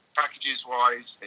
packages-wise